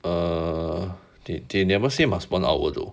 err okay they never say must one hour though